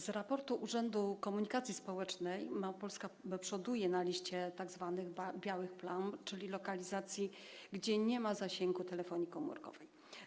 Z raportu urzędu komunikacji społecznej wynika, że Małopolska przoduje na liście tzw. białych plam, czyli lokalizacji, gdzie nie ma zasięgu telefonii komórkowej.